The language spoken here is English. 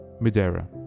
madeira